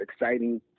exciting